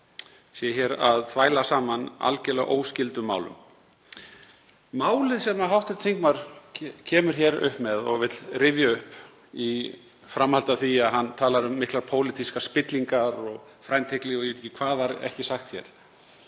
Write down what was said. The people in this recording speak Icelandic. sé að þvæla saman algerlega óskyldum málum. Málið sem hv. þingmaður kemur hér upp með og vill rifja upp, í framhaldi af því að hann talar um mikla pólitíska spillingu og frændhygli og ég veit ekki hvað var ekki sagt hér,